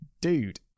dude